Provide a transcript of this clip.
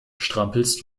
strampelst